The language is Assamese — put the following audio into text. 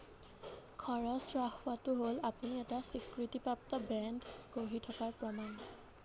খৰচ হ্ৰাস হোৱাটো হ'ল আপুনি এটা স্বীকৃতিপ্ৰাপ্ত ব্ৰেণ্ড গঢ়ি থকাৰ প্ৰমাণ